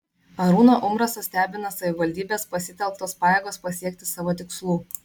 arūną umbrasą stebina savivaldybės pasitelktos pajėgos pasiekti savo tikslų